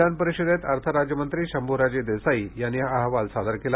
विधान परिषदेत अर्थ राज्य मंत्री शंभूराजे देसाई यांनी हा अहवाल सादर केला